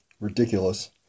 ridiculous